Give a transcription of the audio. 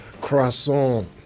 croissant